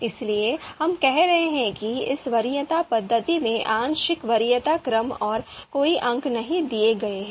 इसलिए हम कह रहे हैं कि इस वरीयता पद्धति में आंशिक वरीयता क्रम और कोई अंक नहीं दिए गए हैं